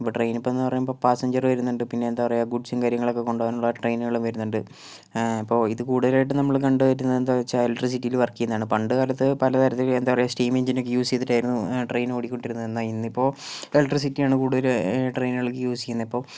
train ഇപ്പോൾ എന്ന് പറയുമ്പോൾ പാസ്സഞ്ചർ വരുന്നുണ്ട് പിന്നെന്താ പറയുക ഗൂഡ്സും കാര്യങ്ങളൊക്കെ കൊണ്ട് പോകാനുള്ള ട്രെയിനുകൾ വരുന്നുണ്ട് ഇപ്പോൾ ഇത് കൂടുതലായിട്ടും നമ്മള് കണ്ടുമുട്ടുന്നതെന്താണെന്നുവെച്ചാൽ ഇലക്ട്രിസിറ്റിയിൽ വർക്ക് ചെയ്യുന്നതാണ് പണ്ട് കാലത്ത് പല തരത്തിൽ സ്റ്റീം എഞ്ചിനൊക്കെ യൂസ് ചെയ്തിട്ടായിരുന്നു ട്രെയിൻ ഓടിക്കൊണ്ടിരുന്നത് എന്നാൽ ഇന്നിപ്പോൾ ഇലെക്ട്രിസിറ്റിയാണ് കൂടുതൽ ട്രെയിനുകൾക്ക് യൂസ് ചെയ്യുന്നത് ഇപ്പോൾ